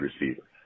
receiver